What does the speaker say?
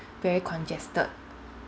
very congested